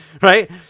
right